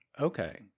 okay